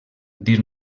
dir